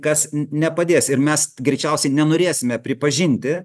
kas nepadės ir mes greičiausiai nenorėsime pripažinti